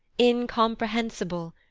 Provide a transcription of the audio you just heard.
incomprehensible,